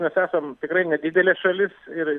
bet esam tikrai nedidelė šalis ir